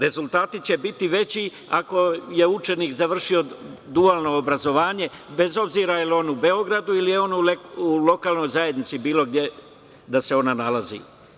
Rezultati će biti veći ako je učenik završio dualno obrazovanje, bez obzira da li je on u Beogradu ili je on u lokalnoj zajednici, bilo gde da se ona nalazi.